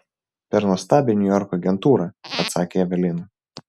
per nuostabią niujorko agentūrą atsakė evelina